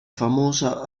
famosa